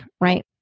right